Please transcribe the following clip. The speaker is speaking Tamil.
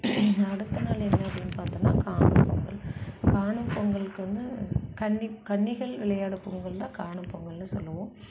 அடுத்த நாள் என்ன அப்படினு பார்த்தோம்னா காணும் பொங்கல் காணும் பொங்கலுக்கு வந்து கன்னி கன்னிகள் விளையாடும் பொங்கல் தான் காணும் பொங்கல்னு சொல்லுவோம்